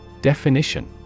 Definition